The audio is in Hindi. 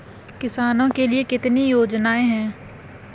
किसानों के लिए कितनी योजनाएं हैं?